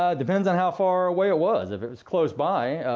ah depends on how far away it was. if it was close by,